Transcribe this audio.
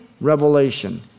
revelation